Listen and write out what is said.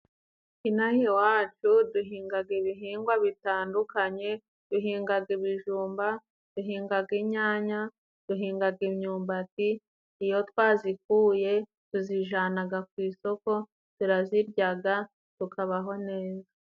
Intaha iwacu duhingaga ibihingwa bitandukanye duhingaga ibijumba, duhingaga inyanya, duhingaga imyumbati. Iyo twazikuye tuzijanaga ku isoko, turaziryaga tukabaho neza.